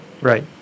Right